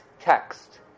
text